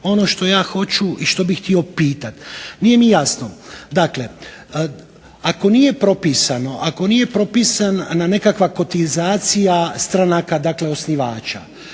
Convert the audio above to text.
ono što ja hoću i što bih htio pitati. Nije mi jasno, dakle ako nije propisano, ako nije propisana nekakva kotizacija stranaka, dakle osnivača.